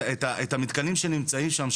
את המתקנים שנמצאים שם,